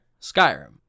Skyrim